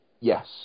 Yes